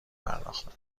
پرداختند